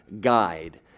guide